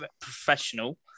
professional